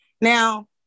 Now